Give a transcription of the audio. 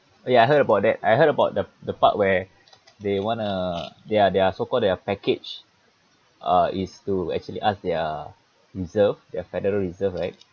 ya I heard about that I heard about the the part where they want to their their so called their package uh is to actually ask their reserve their federal reserve right